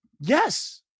Yes